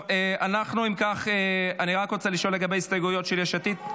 אני רק רוצה לשאול לגבי ההסתייגויות של יש עתיד.